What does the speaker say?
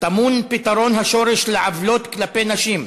טמון פתרון השורש לעוולות כלפי נשים,